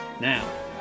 Now